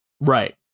Right